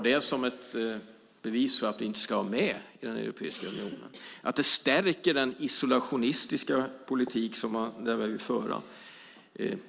Det är olyckligt att detta stärker den isolationistiska politik som de vill föra.